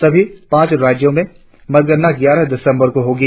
सभी पांच राज्यों में मतगणना ग्यारह दिसम्बर को होगी